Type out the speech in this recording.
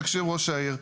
תקשיב לי ראש העיר,